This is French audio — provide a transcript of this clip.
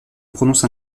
prononce